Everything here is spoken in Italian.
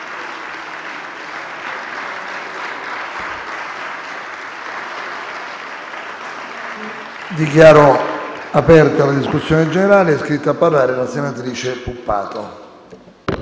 Dichiaro aperta la discussione generale. È iscritta a parlare la senatrice Puppato.